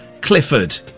Clifford